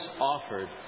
offered